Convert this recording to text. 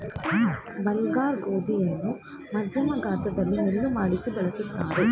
bulgur ಗೋಧಿಯನ್ನು ಮಧ್ಯಮ ಗಾತ್ರದಲ್ಲಿ ಮಿಲ್ಲು ಮಾಡಿಸಿ ಬಳ್ಸತ್ತರೆ